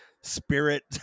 spirit